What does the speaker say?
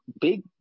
big